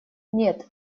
нет